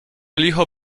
licho